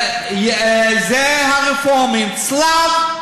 זה הרפורמים, צלב.